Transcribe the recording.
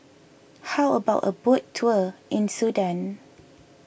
how about a boat tour in Sudan